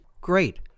Great